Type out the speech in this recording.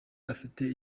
afite